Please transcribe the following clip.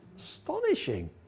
astonishing